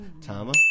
Tama